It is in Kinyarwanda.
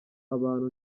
abantu